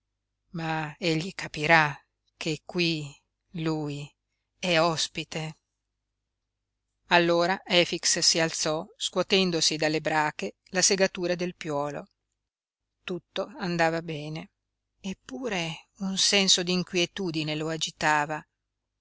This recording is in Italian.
ma egli capirà che qui lui è ospite allora efix si alzò scuotendosi dalle brache la segatura del piuolo tutto andava bene eppure un senso di inquietudine lo agitava